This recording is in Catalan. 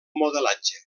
modelatge